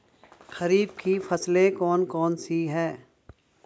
खरीफ की फसलें कौन कौन सी हैं?